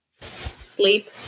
Sleep